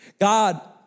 God